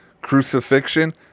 crucifixion